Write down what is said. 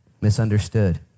misunderstood